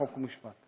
חוק ומשפט,